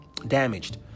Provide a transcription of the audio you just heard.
Damaged